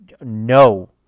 no